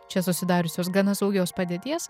čia susidariusios gana saugios padėties